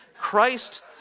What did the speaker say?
Christ